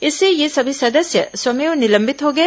इससे ये सभी सदस्य स्वमेव निलंबित हो गए